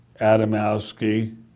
Adamowski